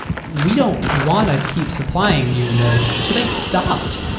we don't want to keep supplying you with those so they've stopped.